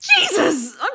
Jesus